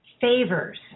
favors